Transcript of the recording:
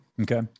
Okay